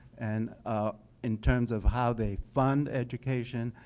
and ah in terms of how they fund education,